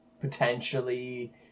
potentially